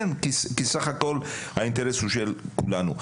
כן, כי בסך הכול האינטרס הוא של כולנו.